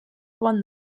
won